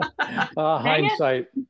Hindsight